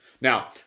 Now